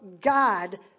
God